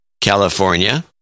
California